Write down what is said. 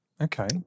Okay